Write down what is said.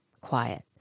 quiet